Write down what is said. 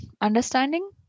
understanding